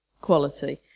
quality